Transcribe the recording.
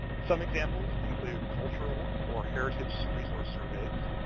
some examples include cultural or heritage resource surveys.